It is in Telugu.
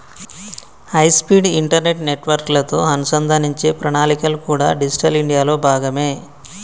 హైస్పీడ్ ఇంటర్నెట్ నెట్వర్క్లతో అనుసంధానించే ప్రణాళికలు కూడా డిజిటల్ ఇండియాలో భాగమే